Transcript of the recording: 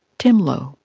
tim low